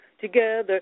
Together